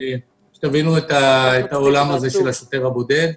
תבינו את העולם הזה של השוטר הבודד.